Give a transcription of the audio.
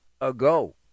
ago